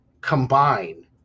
combine